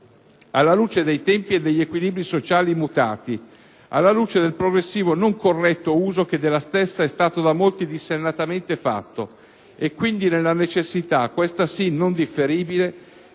alla luce dei tempi e degli equilibri sociali mutati, alla luce del progressivo non corretto uso che della stessa è stato da molti dissennatamente fatto, e quindi nella necessità - questa sì non differibile